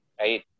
right